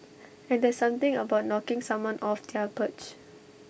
and there's something about knocking someone off their perch